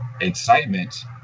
excitement